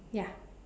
ya